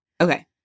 Okay